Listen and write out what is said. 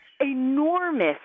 enormous